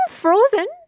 frozen